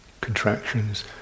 contractions